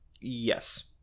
yes